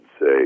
say